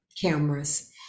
cameras